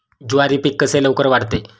ज्वारी पीक कसे लवकर वाढते?